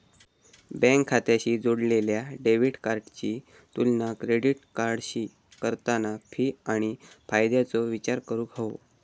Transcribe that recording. bank खात्याशी जोडलेल्या debit कार्डाची तुलना क्रेडिट कार्डाशी करताना फी आणि फायद्याचो विचार करूक हवो